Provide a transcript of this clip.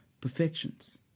perfections